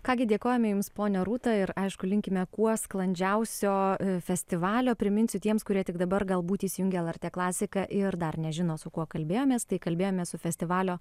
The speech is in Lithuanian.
ką gi dėkojame jums ponia rūta ir aišku linkime kuo sklandžiausio festivalio priminsiu tiems kurie tik dabar galbūt įsijungė lrt klasiką ir dar nežino su kuo kalbėjomės tai kalbėjomės su festivalio